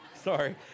Sorry